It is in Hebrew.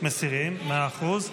מאה אחוז.